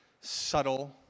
subtle